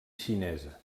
xinesa